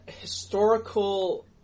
historical